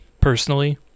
personally